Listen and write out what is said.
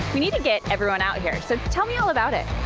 we need to get everyone out here. so tell me all about it.